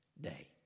day